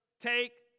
take